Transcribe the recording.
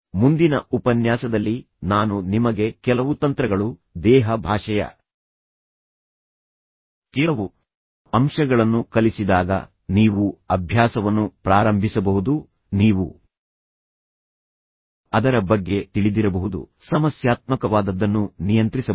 ಮುಂದಿನ ಉಪನ್ಯಾಸದಲ್ಲಿ ನಾನು ನಿಮಗೆ ಕೆಲವು ತಂತ್ರಗಳು ದೇಹ ಭಾಷೆಯ ಕೆಲವು ಅಂಶಗಳನ್ನು ಕಲಿಸಿದಾಗ ನೀವು ಅಭ್ಯಾಸವನ್ನು ಪ್ರಾರಂಭಿಸಬಹುದು ನೀವು ಅದರ ಬಗ್ಗೆ ತಿಳಿದಿರಬಹುದು ಸಮಸ್ಯಾತ್ಮಕವಾದದ್ದನ್ನು ನಿಯಂತ್ರಿಸಬಹುದು